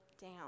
down